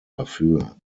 dafür